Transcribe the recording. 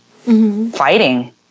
Fighting